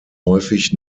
häufig